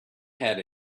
head